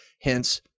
Hence